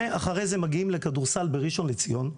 ואחרי זה מגיעים לכדורסל בראשון לציון,